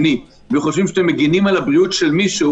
אם אתם חושבים שאתם מגינים על הבריאות של מישהו